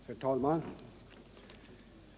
Herr talman!